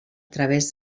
través